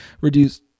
reduce